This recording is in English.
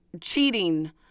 cheating